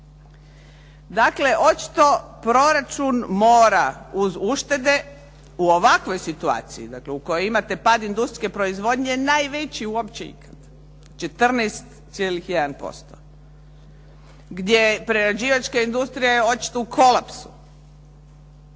Dakle, očito proračun mora uz uštede u ovakvoj situaciji dakle u kojoj imate pad industrijske proizvodnje najveći u opće ikad 14,1% gdje prerađivačka industrija je očito u kolapsu,